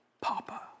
Papa